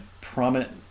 prominent